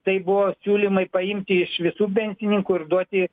tai buvo siūlymai paimti iš visų pensininkų ir duoti